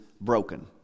broken